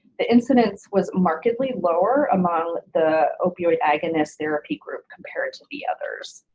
the incidence was markedly lower among the opioid agonist therapy group compared to the others.